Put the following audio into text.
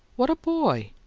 what a boy!